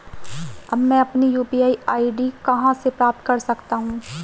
अब मैं अपनी यू.पी.आई आई.डी कहां से प्राप्त कर सकता हूं?